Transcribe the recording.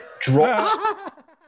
dropped